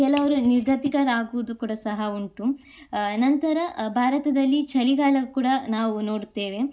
ಕೆಲವ್ರು ನಿರ್ಗತಿಕರಾಗುವುದು ಕೂಡ ಸಹ ಉಂಟು ನಂತರ ಭಾರತದಲ್ಲಿ ಚಳಿಗಾಲ ಕೂಡ ನಾವು ನೋಡುತ್ತೇವೆ